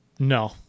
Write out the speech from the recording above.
No